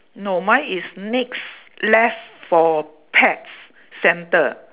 no mine is next left for pets centre